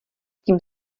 tím